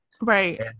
Right